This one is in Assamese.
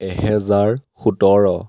এহেজাৰ সোতৰ